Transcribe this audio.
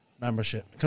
membership